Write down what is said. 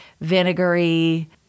vinegary